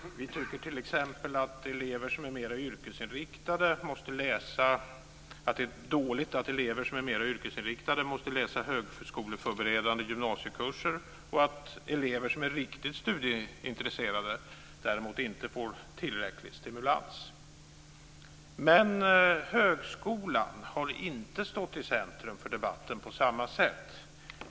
Vi tycker t.ex. att det är dåligt att elever som är mer yrkesinriktade måste läsa högskoleförberedande gymnasiekurser och att elever som är riktigt studieintresserade däremot inte får tillräcklig stimulans. Men högskolan har inte stått i centrum för debatten på samma sätt.